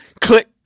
Click